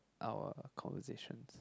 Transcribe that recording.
our conversations